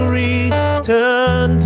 return